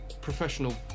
professional